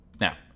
Now